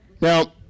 now